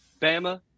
Bama